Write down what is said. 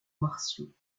martiaux